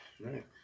Right